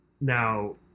Now